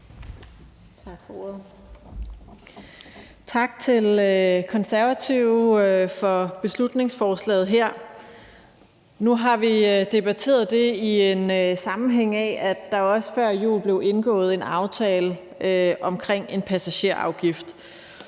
Tak til Konservative for beslutningsforslaget her. Nu har vi debatteret det i den sammenhæng, at der også før jul blev indgået en aftale omkring en passagerafgift,